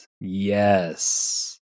yes